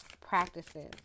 practices